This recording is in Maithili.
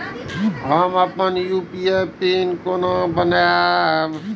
हम अपन यू.पी.आई पिन केना बनैब?